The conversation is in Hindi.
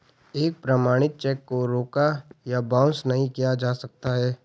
एक प्रमाणित चेक को रोका या बाउंस नहीं किया जा सकता है